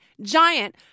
giant